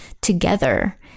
together